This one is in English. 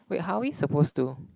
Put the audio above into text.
wait how are we supposed to